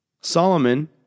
Solomon